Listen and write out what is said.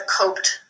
coped